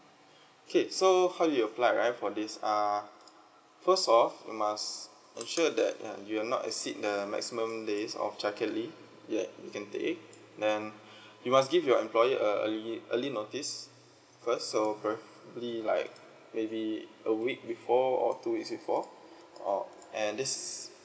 K so how do you apply right for this err first off you must ensure that ya you are not exceed the maximum days of childcare leave yet you can take then you must give your employer a early early notice first so probably like maybe a week before or two weeks before or and this